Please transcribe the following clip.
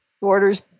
orders